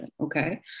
okay